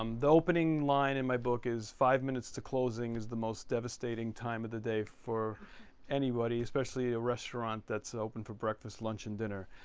um the opening line in my book is five minutes to closing is the most devastating time of the day for anybody, especially a restaurant that's open for breakfast lunch and dinner.